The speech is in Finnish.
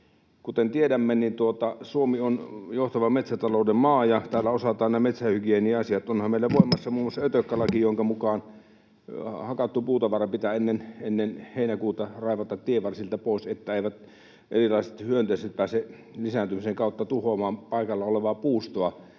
Kuten tiedämme, Suomi on johtava metsätalouden maa ja täällä osataan nämä metsähygienia-asiat. Onhan meillä voimassa muun muassa ötökkälaki, jonka mukaan hakattu puutavara pitää ennen heinäkuuta raivata tienvarsilta pois, että erilaiset hyönteiset eivät pääse lisääntymisen kautta tuhoamaan paikalla olevaa puustoa,